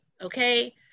okay